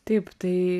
taip tai